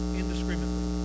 indiscriminately